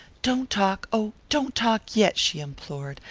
don't talk oh, don't talk yet! she implored.